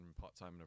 part-time